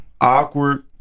awkward